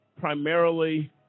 primarily